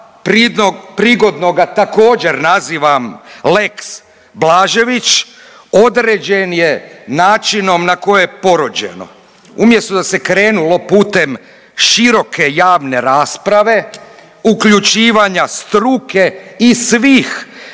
prigodno ga također nazivam lex Blažević određen je načinom na koje je porođeno. Umjesto da se krenulo putem široke javne rasprave uključivanja struke i svih